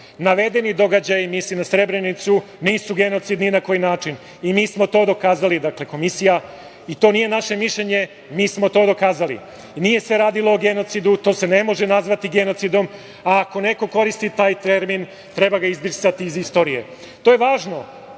Navedeni događaji nisu genocid ni na koji način.“Mi smo to dokazali, dakle komisija, to nije naše mišljenje. Mi smo to dokazali. Nije se radilo o genocidu, to se ne može nazvati genocidom. Ako neko koristi taj termin, treba ga izbrisati iz istorije. Kaže